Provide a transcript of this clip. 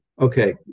okay